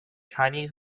chinese